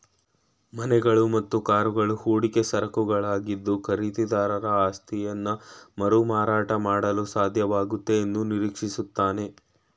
ಮನೆಗಳು ಮತ್ತು ಕಾರುಗಳು ಹೂಡಿಕೆ ಸರಕುಗಳಾಗಿದ್ದು ಖರೀದಿದಾರ ಆಸ್ತಿಯನ್ನಮರುಮಾರಾಟ ಮಾಡಲುಸಾಧ್ಯವಾಗುತ್ತೆ ಎಂದುನಿರೀಕ್ಷಿಸುತ್ತಾನೆ